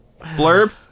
blurb